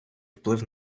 вплив